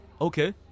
Okay